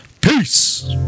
Peace